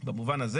במובן הזה